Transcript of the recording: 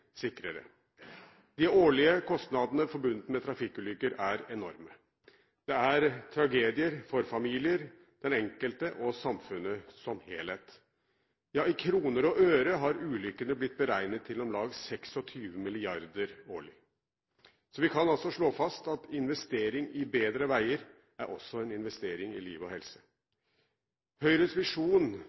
De årlige kostnadene forbundet med trafikkulykker er enorme. Dette er tragedier for familier, for den enkelte og for samfunnet som helhet. I kroner og øre har ulykkene blitt beregnet til om lag 26 mrd. kr. årlig. Vi kan altså slå fast at investeringer i bedre veier også er investering i liv og helse. Høyres visjon